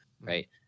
right